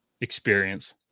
experience